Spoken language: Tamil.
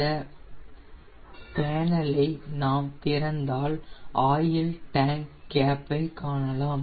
இந்த பேனல் ஐ நாம் திறந்தால் ஆயில் டேங்க் கேப் ஐ காணலாம்